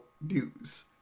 news